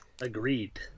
Agreed